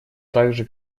также